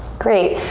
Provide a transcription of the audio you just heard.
great,